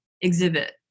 exhibit